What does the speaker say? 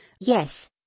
Yes